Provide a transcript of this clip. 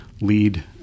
lead